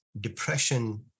depression